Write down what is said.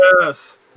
Yes